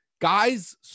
guys